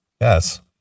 Yes